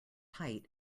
tight